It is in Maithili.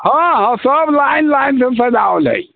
हँ हँ सब लाइन लाइन सँ सजाओल हइ